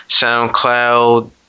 soundcloud